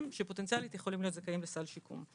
שפוטנציאלית יכולים להיות זכאים לסל שיקום.